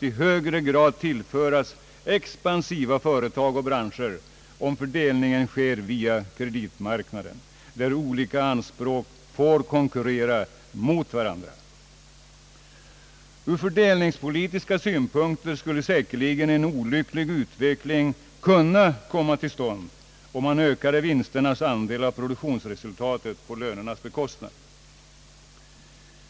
i högre grad kommer att tillföras expansiva företag och branscher, om fördelningen sker via kreditmarknaden, där olika anspråk får konkurrera med varandra. Ur fördelningspolitiska synpunkter skulle säkerligen en olycklig utveckling kunna komma till stånd om man ökade vinsternas andel i produktionsresultatet på lönernas bekostnad.